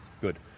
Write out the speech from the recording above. Good